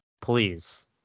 please